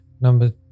number